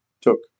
took